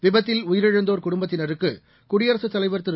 விபத்தில் உயிரிழந்தோர் குடும்பத்தினருக்கு குடியரகத் தலைவர் திரு